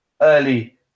early